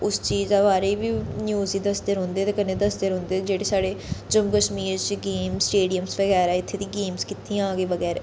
उस चीज दे बारै च बी न्यूज च दस्सदे रौंह्दे ते कन्नै दसदे रौंह्दे जेह्ड़े साढ़े जम्मू कश्मीर च गेमस स्टेडियम बगैरा इत्थे दी गेमस कीतियां ओह् बगैरा